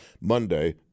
Monday